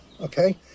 okay